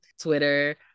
twitter